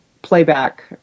playback